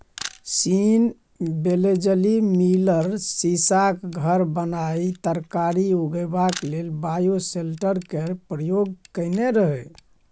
scene बेलेजली मिलर सीशाक घर बनाए तरकारी उगेबाक लेल बायोसेल्टर केर प्रयोग केने रहय